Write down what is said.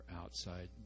outside